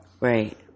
Right